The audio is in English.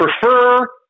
prefer